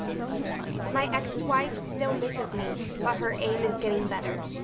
that wasn't funny. my ex wife still misses me, but her aim is getting better.